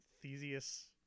Theseus